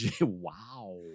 wow